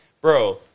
Bro